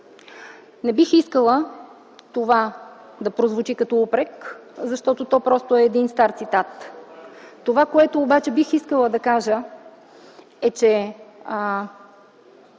Не бих искала това да прозвучи като упрек, защото то просто е стар цитат. Обаче бих искала да кажа, че